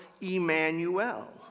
Emmanuel